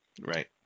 Right